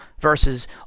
versus